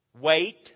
wait